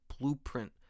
blueprint